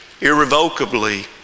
irrevocably